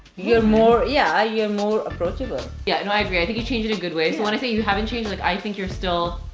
you're more yeah yeah more approachable. yeah, no i agree. i think you changed in a good way. so when i say you haven't changed, like i think you're still,